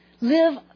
Live